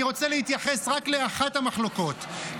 אני רוצה להתייחס רק לאחת המחלוקות,